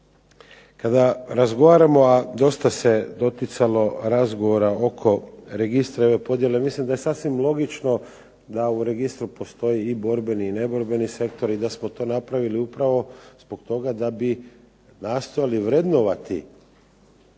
Kada razgovaramo, a dosta se doticalo razgovora oko registra i ove podjele, mislim da je sasvim logično da u registru postoji i borbeni i neborbeni sektor i da smo to napravili upravo zbog toga da bi nastojali vrednovati